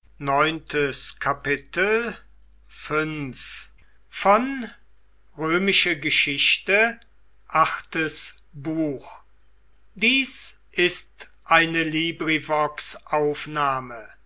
sind ist eine